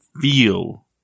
feel